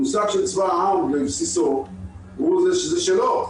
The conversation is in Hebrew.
המושג של צבא העם בבסיסו הוא שזה שלו,